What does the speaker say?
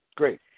Great